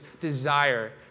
desire